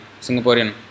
Singaporean